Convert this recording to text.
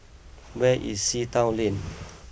where is Sea Town Lane